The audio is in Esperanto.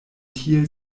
tiel